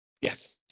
Yes